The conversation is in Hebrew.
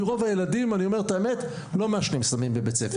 כי רוב הילדים לא מעשנים סמים בבית הספר.